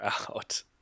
out